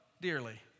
dearly